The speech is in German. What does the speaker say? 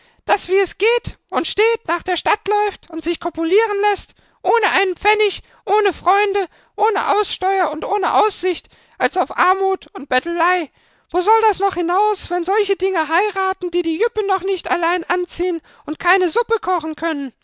das wie es geht und steht nach der stadt läuft und sich kopulieren läßt ohne einen pfennig ohne freunde ohne aussteuer und ohne aussicht als auf armut und bettelei wo soll das noch hinaus wenn solche dinger heiraten die die jüppe noch nicht allein anziehen und keine suppe kochen können